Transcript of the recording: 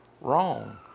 wrong